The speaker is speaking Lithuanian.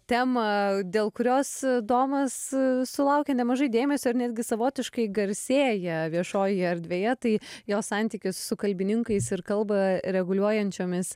temą dėl kurios domas sulaukia nemažai dėmesio ar netgi savotiškai garsėja viešojoje erdvėje tai jo santykis su kalbininkais ir kalbą reguliuojančiomis